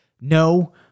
No